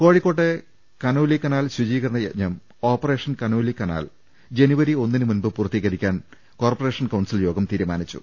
കോഴിക്കോട്ടെ Conolly canal ശുചീകരണ യജ്ഞം ഓപ്പറേ ഷൻ കനോലി കനാൽ ജനുവരി ഒന്നിന് മുൻപ് പൂർത്തീകരിക്കാൻ കോർപ്പറേഷൻ കൌൺസിൽ യോഗം തീരുമാനിച്ചു